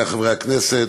חברי חברי הכנסת,